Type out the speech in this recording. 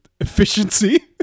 efficiency